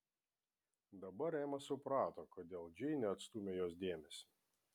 dabar ema suprato kodėl džeinė atstūmė jos dėmesį